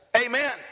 Amen